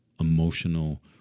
emotional